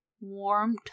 warm